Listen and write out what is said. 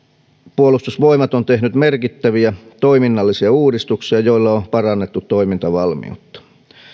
puolustusvoimat on tehnyt merkittäviä toiminnallisia uudistuksia joilla on parannettu toimintavalmiutta